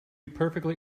perfectly